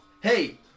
Hey